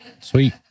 Sweet